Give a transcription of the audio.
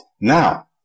Now